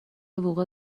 وقوع